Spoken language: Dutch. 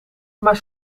maar